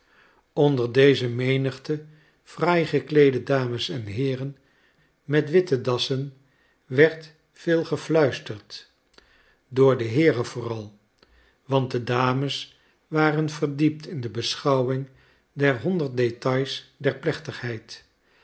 onder deze menigte fraai gekleede dames en heeren met witte dassen werd veel gefluisterd door de heeren vooral want de dames waren verdiept in de beschouwing der honderd details dezer plechtigheid